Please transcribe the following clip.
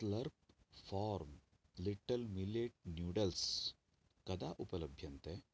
slurp Farm little millet noodles कदा उपलभ्यन्ते